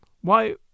Why